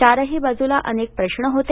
चारही बाजूला अनेक प्रश्न होते